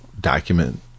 document